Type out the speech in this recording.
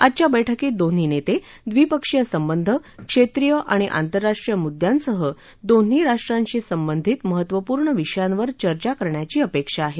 आजच्या बैठकीत दोन्ही नेते द्विपक्षीय संबंध क्षेत्रीय आणि आंतरराष्ट्रीय मुद्यांसह दोन्ही राष्ट्रांशी संबंधित महत्त्वपूर्व विषयांवर चर्चा करण्याची अपेक्षा आहे